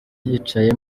yicaye